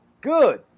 good